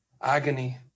Agony